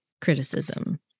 criticism